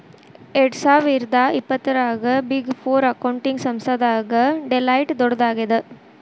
ಎರ್ಡ್ಸಾವಿರ್ದಾ ಇಪ್ಪತ್ತರಾಗ big four accounting ಸಂಸ್ಥಾದಾಗ ಡೆಲಾಯ್ಟ್ ದೊಡ್ಡದಾಗದ